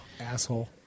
Asshole